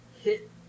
hit